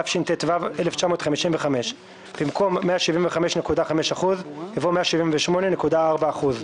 התשט"ו-1955 (1)במקום "175.5%" יבוא "178.4%".